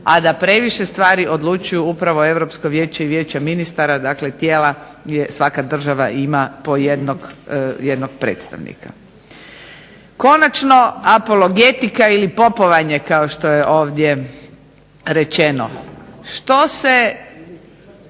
a da previše stvari odlučuju upravo Europsko vijeće i Vijeće ministara. Dakle, tijela gdje svaka država ima po jednog predstavnika. Konačno apologetika ili popovanje kao što je ovdje rečeno. Što se